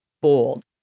bold